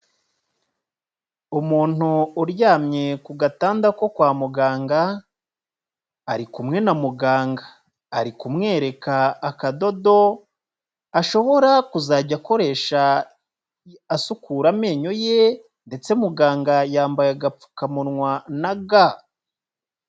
Umuntu uryamye ku gatanda ko kwa muganga, ari kumwe na muganga, ari kumwereka akadodo ashobora kuzajya akoresha asukura amenyo ye, ndetse muganga yambaye agapfukamunwa na ga.